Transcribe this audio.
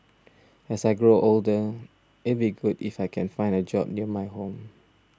as I grow older it'd be good if I can find a job near my home